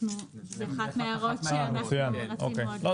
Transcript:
באחת מההערות שאנחנו רצינו להעלות.